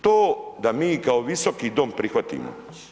I to da mi, kao Visoki dom prihvatimo?